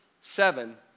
Seven